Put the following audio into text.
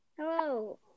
hello